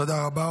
תודה רבה.